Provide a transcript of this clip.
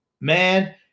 man